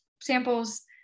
samples